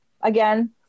again